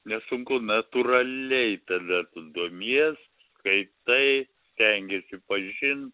nesunku natūraliai tada tu domies skaitai stengiasi pažint